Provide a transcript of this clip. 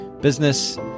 business